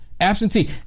absentee